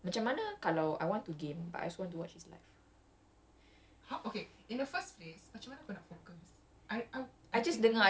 mm it's okay then now I found a new use for it lah because I was thinking eh macam mana kalau I want to game but I also want to watch his live